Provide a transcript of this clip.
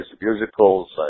musicals